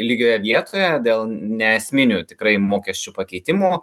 lygioje vietoje dėl neesminių tikrai mokesčių pakeitimo